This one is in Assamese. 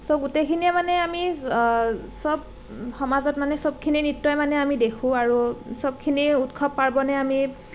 চ' গোটেইখিনিয়ে মানে আমি সব সমাজত মানে সবখিনি নৃত্যই মানে আমি দেখোঁ আৰু সবখিনি উৎসৱ পাৰ্ৱনেই আমি